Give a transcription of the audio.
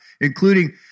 including